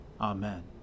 Amen